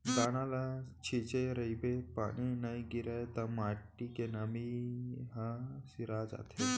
दाना ल छिंचे रहिबे पानी नइ गिरय त माटी के नमी ह सिरा जाथे